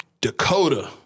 Dakota